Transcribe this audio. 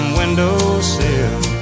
windowsill